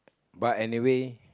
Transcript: but anyway